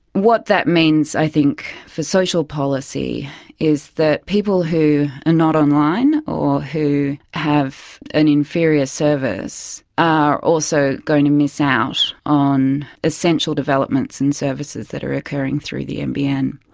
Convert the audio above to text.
what that means i think for social policy is that people who are ah not online or who have an inferior service are also going to miss out on essential developments and services that are occurring through the nbn.